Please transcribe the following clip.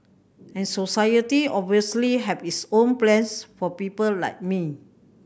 and society obviously have its own plans for people like me